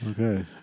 Okay